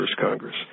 Congress